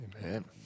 Amen